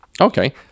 Okay